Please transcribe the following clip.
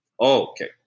Okay